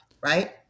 Right